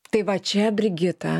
tai va čia brigita